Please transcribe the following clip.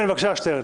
כן, בבקשה, שטרן.